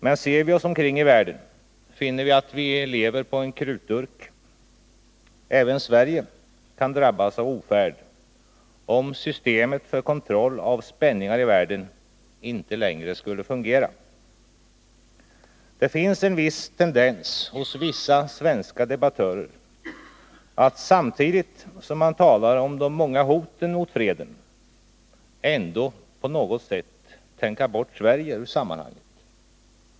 Men ser vi oss omkring i världen, så finner vi att vi lever på en krutdurk. Även Sverige kan drabbas av ofärd om systemet för kontroll och spänningar i världen inte längre fungerar. Det finns en tendens hos vissa svenska debattörer att samtidigt som de talar om de många hoten mot freden, ändå på något sätt tänka bort Sverige ur sammanhanget.